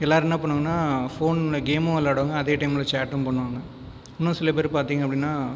எல்லாேரும் என்ன பண்ணுவாங்கன்னால் ஃபோனில் கேமும் விளையாடுவாங்க அதே டைமில் சேட்டும் பண்ணுவாங்க இன்னும் சில பேர் பார்த்தீங்க அப்படின்னா